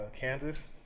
Kansas